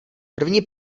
první